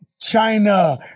China